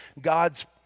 God's